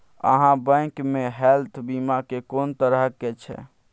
आहाँ बैंक मे हेल्थ बीमा के कोन तरह के छै?